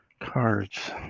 cards